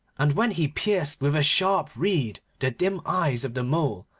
and when he pierced with a sharp reed the dim eyes of the mole,